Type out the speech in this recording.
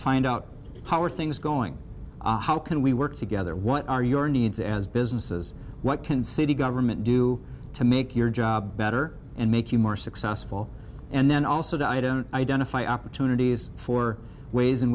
find out how are things going how can we work together what are your needs as businesses what can city government do to make your job better and make you more successful and then also to i don't identify opportunities for ways in